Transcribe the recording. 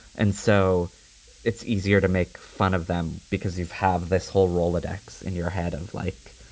and so it's easier to make fun of them because you've have this whole rolodex in your head of, like,